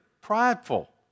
Prideful